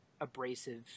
abrasive